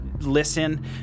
listen